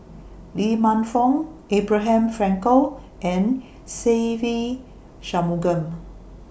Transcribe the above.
Lee Man Fong Abraham Frankel and Se Ve Shanmugam